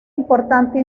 importante